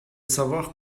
savoir